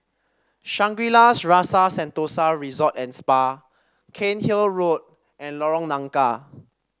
Shangri La's Rasa Sentosa Resort and Spa Cairnhill Road and Lorong Nangka